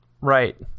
right